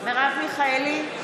מרב מיכאלי,